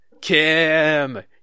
Kim